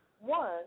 One